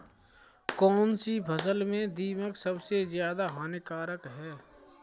कौनसी फसल में दीमक सबसे ज्यादा हानिकारक है?